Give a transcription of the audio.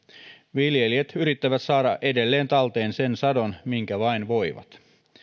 viljelijät yrittävät saada edelleen talteen sen sadon minkä vain voivat